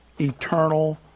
eternal